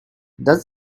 does